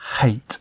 hate